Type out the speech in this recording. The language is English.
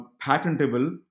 patentable